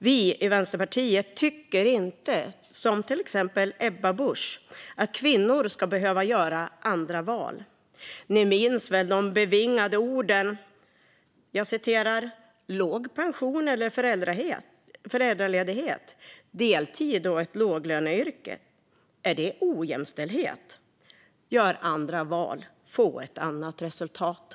Vi i Vänsterpartiet tycker inte som till exempel Ebba Busch att kvinnor ska behöva göra andra val. Ni minns väl de bevingade orden: "Låg pensionen efter föräldraledighet, deltid och ett låglöneyrke. Är det ojämställdhet? Gör andra val, få annat resultat."